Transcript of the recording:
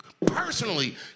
personally